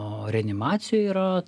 o reanimacija yra